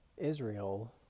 Israel